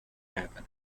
happen